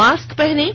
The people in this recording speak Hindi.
मास्क पहनें